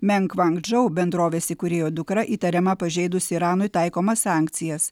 menk vang džau bendrovės įkūrėjo dukra įtariama pažeidusi iranui taikomas sankcijas